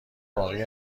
باقی